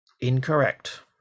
Incorrect